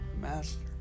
master